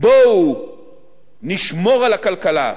בואו נשמור על הכלכלה,